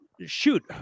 shoot